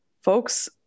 folks